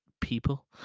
people